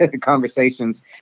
conversations